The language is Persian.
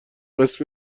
قسط